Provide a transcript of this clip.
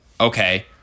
Okay